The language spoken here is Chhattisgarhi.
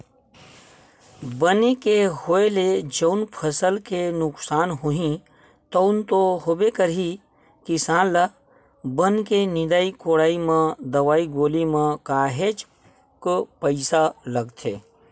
बन के होय ले जउन फसल के नुकसान होही तउन तो होबे करही किसान ल बन के निंदई कोड़ई म दवई गोली म काहेक पइसा लागथे